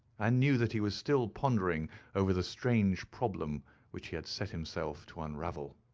and knew that he was still pondering over the strange problem which he had set himself to unravel.